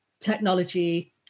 technology